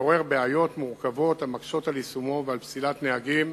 מעורר בעיות מורכבות המקשות על יישומו ועל פסילת נהגים